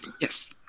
Yes